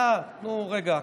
אה, תנו רגע.